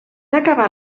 acabar